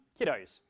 Kiddos